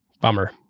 Bummer